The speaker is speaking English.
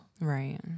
Right